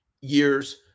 years